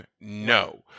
No